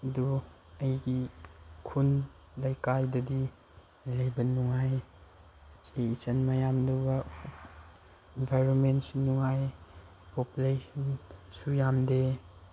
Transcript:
ꯑꯗꯨ ꯑꯩꯒꯤ ꯈꯨꯟ ꯂꯩꯀꯥꯏꯗꯗꯤ ꯂꯩꯕ ꯅꯨꯉꯥꯏ ꯏꯆꯦ ꯏꯆꯟ ꯃꯌꯥꯝꯗꯨꯒ ꯏꯟꯚꯥꯏꯔꯣꯟꯃꯦꯟꯁꯨ ꯅꯨꯡꯉꯥꯏ ꯄꯣꯄꯨꯂꯦꯁꯟꯁꯨ ꯌꯥꯝꯗꯦ